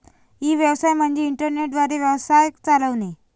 E व्यवसाय म्हणजे internet द्वारे व्यवसाय चालवणे